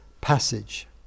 passage